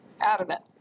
adamant